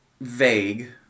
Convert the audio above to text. vague